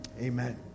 amen